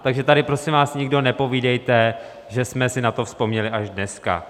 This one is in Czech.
Takže tady prosím vás nikdo nepovídejte, že jsme si na to vzpomněli až dneska.